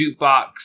jukebox